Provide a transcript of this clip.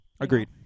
Agreed